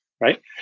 right